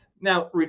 Now